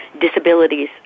disabilities